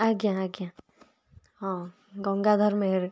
ଆଜ୍ଞା ଆଜ୍ଞା ହଁ ଗଙ୍ଗାଧର ମେହେର